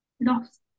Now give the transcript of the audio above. Lost